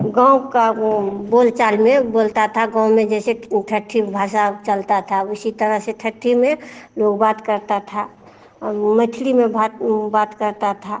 गाँव का बोलचाल में ऊ बोलता था गाँव में जैसे ठट्ठी भाषा चलता था उसी तरह से ठट्ठी में लोग बात करता था मैथिली में बात बात करता था